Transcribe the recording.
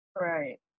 Right